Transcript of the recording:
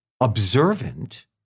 observant